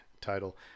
title